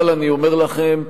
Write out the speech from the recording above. אבל אני אומר לכם: